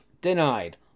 denied